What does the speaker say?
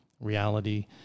reality